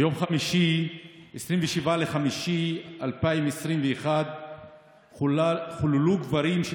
ביום חמישי 27 במאי 2021 חוללו קברים של